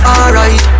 Alright